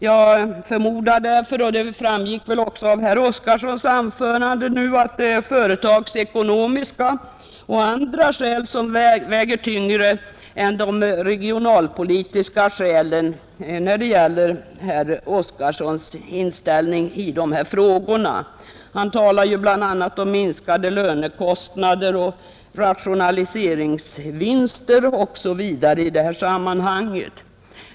Jag förmodar därför — det framgick väl också av herr Oskarsons anförande nyss — att företagsekonomiska och andra skäl väger tyngre än de regionalpolitiska skälen när det gäller herr Oskarsons inställning i dessa frågor. Han talar om minskade lönekostnader, rationaliseringsvinster osv. i detta sammanhang.